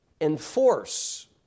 enforce